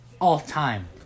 all-time